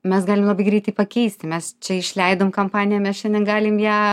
mes galim labai greitai pakeisti mes čia išleidom kampaniją mes šiandien galim ją